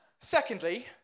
Secondly